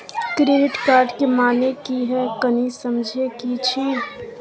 Credit card के माने की हैं, कनी समझे कि छि?